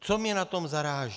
Co mě na tom zaráží?